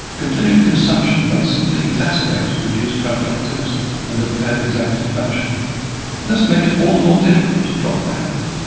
continued consumption may simply exacerbate reduced frontal activity and impaired executive function and thus make it all the more difficult to drop the habit.